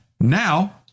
now